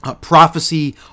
prophecy